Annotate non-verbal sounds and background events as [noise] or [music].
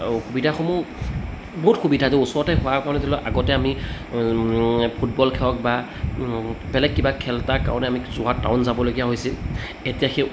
অসুবিধাসমূহ বহুত সুবিধা [unintelligible] ওচৰতে হোৱাৰ কাৰণে ধৰি লওক আগতে আমি ফুটবল খেলক বা বেলেগ কিবা খেল তাৰ কাৰণে আমি যোৰহাট টাউন যাবলগীয়া হৈছিল এতিয়া সেই